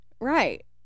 right